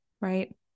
right